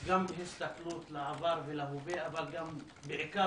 גם הסתכלות לעבר ולהווה, אבל בעיקר